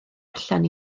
allan